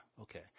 Okay